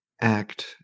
act